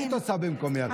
מה היית עושה במקומי עכשיו?